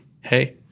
Hey